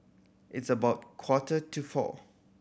its about quarter to four